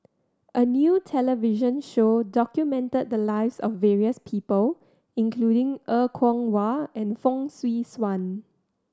a new television show documented the lives of various people including Er Kwong Wah and Fong Swee Suan